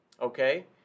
okay